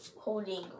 holding